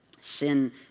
Sin